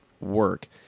work